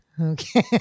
Okay